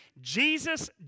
Jesus